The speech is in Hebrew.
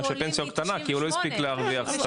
שפנסיה קטנה כי הוא לא הספיק להרוויח.